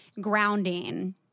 grounding